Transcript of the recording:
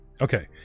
okay